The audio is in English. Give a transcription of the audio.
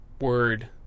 word